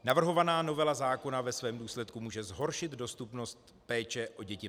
Navrhovaná novela zákona ve svém důsledku může zhoršit dostupnost péče o děti pediatrem.